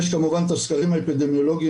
יש כמובן את הסקרים האפידמיולוגים,